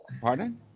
Pardon